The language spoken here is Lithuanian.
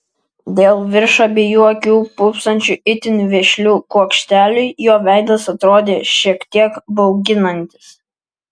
dėl virš abiejų akių pūpsančių itin vešlių kuokštelių jo veidas atrodė šiek tiek bauginantis